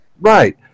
Right